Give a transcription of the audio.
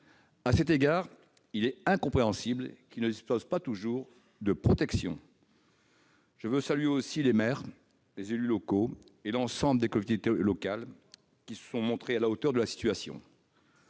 À cet égard, il est incompréhensible qu'ils ne disposent pas toujours de protection. Je veux saluer aussi les maires, les élus locaux et l'ensemble des collectivités locales, qui se sont montrés à la hauteur de la situation.